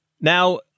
Now